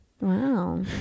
Wow